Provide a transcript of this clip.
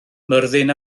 myrddin